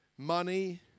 Money